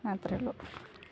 ആ അത്രേയുള്ളൂ